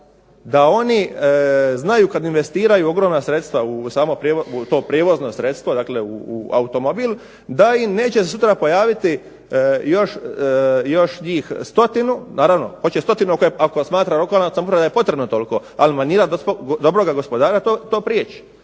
da oni znaju kad investiraju ogromna sredstva u to prijevozno sredstvo, dakle u automobil, da im neće se sutra pojaviti još njih stotinu, naravno hoće stotinu ako smatra lokalna samouprava da je potrebno toliko, ali manira dobroga gospodara to priječi.